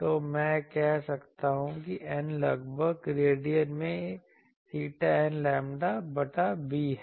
तो मैं कह सकता हूँ कि n लगभग रेडियन में 𝚹n लैम्ब्डा बटा b है